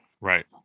Right